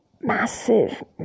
massive